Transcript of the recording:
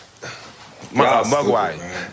Mugwai